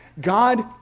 God